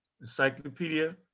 encyclopedia